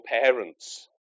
parents